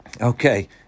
Okay